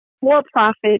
for-profit